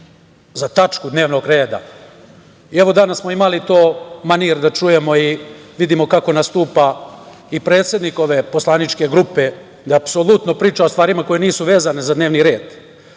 za tačku dnevnog reda. Evo, danas smo imali manir da čujemo i vidimo kako nastupa predsednik ove poslaničke grupe, da apsolutno priča o stvarima koje nisu vezane za dnevni red. Još